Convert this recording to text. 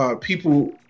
people